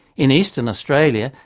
in eastern australia,